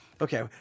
Okay